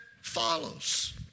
follows